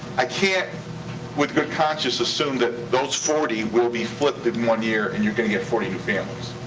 i can't with good conscience assume that those forty will be flipped in one year and you're gonna get forty new families.